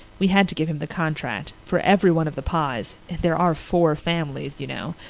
we had to give him the contract, for every one of the pyes. and there are four families, you know.